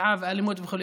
פשיעה ואלימות וכו'.